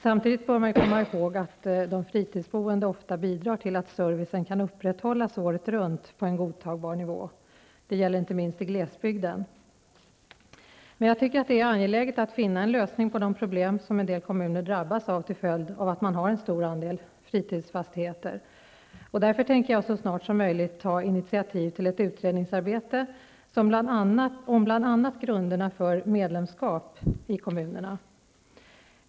Samtidigt bör man komma ihåg att de fritidsboende ofta bidrar till att servicen kan upprätthållas året runt på en godtagbar nivå. Det gäller inte minst i glesbygden. Jag tycker det är angeläget att finna en lösning på de problem som en del kommuner drabbas av till följd av att man har en stor andel fritidsfastigheter. Jag tänker därför så snart som möjligt ta initativ till ett utredningsarbete om bl.a. grunderna för medlemskap i kommunerna.